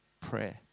prayer